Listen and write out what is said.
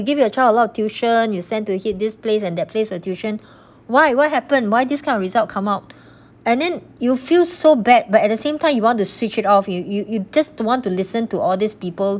give your child a lot tuition you send to hit this place and that place for tuition why what happened why this kind of result come out and then you feel so bad but at the same time you want to switch it off you you you just don't want to listen to all these people